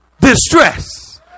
distress